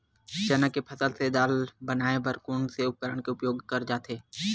चना के फसल से दाल बनाये बर कोन से उपकरण के उपयोग करे जाथे?